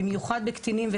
במיוחד בקטינים,